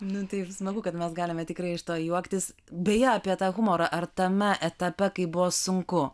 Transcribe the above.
nu tai smagu kad mes galime tikrai iš to juoktis beje apie tą humorą ar tame etape kai buvo sunku